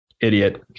idiot